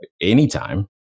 anytime